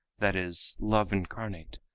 that is, love incarnate,